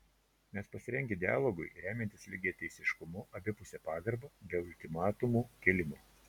mes pasirengę dialogui remiantis lygiateisiškumu abipuse pagarba be ultimatumų kėlimo